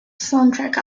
soundtrack